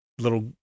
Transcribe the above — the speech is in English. little